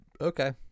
Okay